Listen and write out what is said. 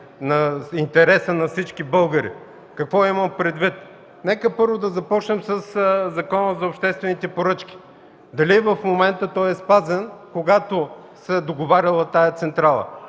на интереса на всички българи. Какво имам предвид? Нека първо започнем със Закона за обществените поръчки. Дали в момента той е спазен, когато се е договаряла тази централа?